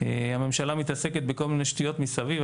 הממשלה מתעסקת בכל מיני שטויות מסביב,